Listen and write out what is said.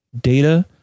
data